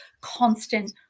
constant